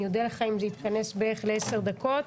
אני אודה לך אם תתכנס בערך לעשר דקות.